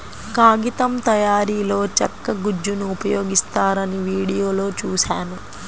కాగితం తయారీలో చెక్క గుజ్జును ఉపయోగిస్తారని వీడియోలో చూశాను